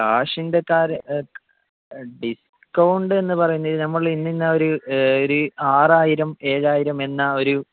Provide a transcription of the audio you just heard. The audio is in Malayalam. കാശിൻ്റെ കാര്യം ഡിസ്കൗണ്ട് എന്നു പറയുന്നത് നമ്മൾ ഇന്ന് തന്നെ ഒരു ആറായിരം ഏഴായിരം എന്ന ഒരു